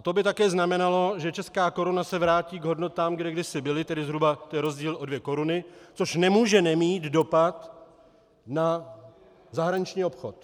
To by také znamenalo, že česká koruna se vrátí k hodnotám, kde kdysi byly, tedy zhruba to je rozdíl o dvě koruny, což nemůže nemít dopad na zahraniční obchod.